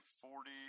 forty